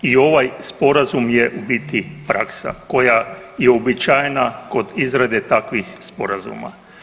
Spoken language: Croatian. I ovaj Sporazum je u biti praksa koja je uobičajena kod izrade takvih sporazuma.